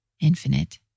infinite